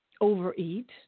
Overeat